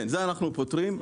כן, זה אנחנו פותרים.